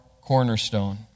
cornerstone